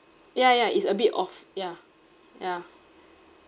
ya ya it's a bit off yeah yeah